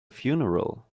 funeral